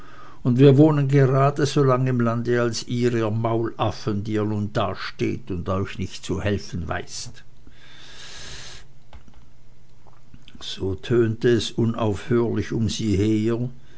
und wir wohnen gerade so lang im lande als ihr ihr maulaffen die ihr nun dasteht und euch nicht zu helfen wißt so tönte es unaufhörlich um sie her